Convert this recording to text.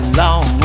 long